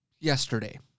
yesterday